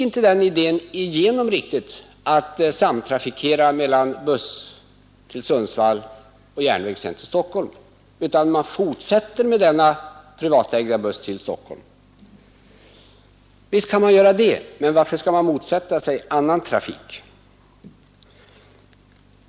Man fortsatte därför med denna privatägda buss till Stockholm. Och visst kan man göra det, men varför skall man motsätta sig annan trafik?